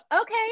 okay